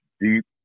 deep